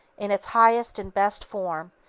in its highest and best form,